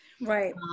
Right